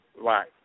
right